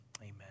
Amen